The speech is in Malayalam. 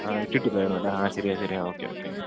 ആ ഇട്ടിട്ടില്ലായിരുന്നു അല്ലേ ആ ശരിയാണ് ശരിയാണ് ഓക്കെ ഓക്കെ